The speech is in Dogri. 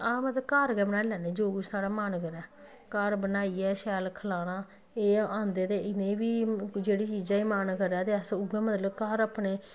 हां भाई घर गै बनाई लैन्नी जो साढ़ा मन करै घर बनाइयै शैल खलाना एह् औंदे ते इ'नें बी जेह्ड़ी चीज़ा गी मन करै ते अस उ'ऐ मतलब घर अपनै